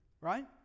Right